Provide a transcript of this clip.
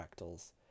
fractals